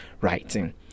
writing